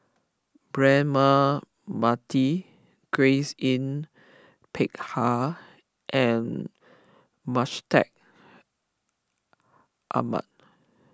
Braema Mathi Grace Yin Peck Ha and Mustaq Ahmad